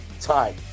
time